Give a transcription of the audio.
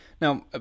Now